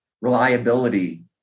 reliability